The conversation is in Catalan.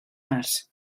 mars